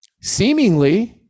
Seemingly